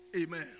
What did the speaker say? amen